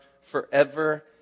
forever